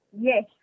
yes